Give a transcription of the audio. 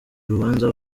urubanza